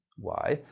why?